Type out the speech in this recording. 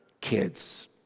kids